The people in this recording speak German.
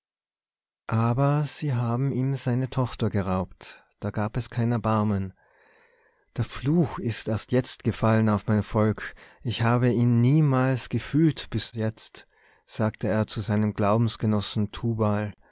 aber sie haben ihm seine tochter geraubt da gab es kein erbarmen der fluch ist erst jetzt gefallen auf mein volk ich hab ihn niemals gefühlt bis jetzt sagt er zu seinem glaubensgenossen tubal